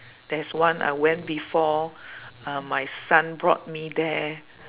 there's one I went before uh my son brought me there